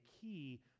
key